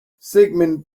sigmund